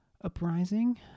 Uprising